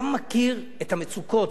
אתה מכיר את המצוקות,